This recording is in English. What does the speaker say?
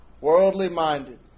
worldly-minded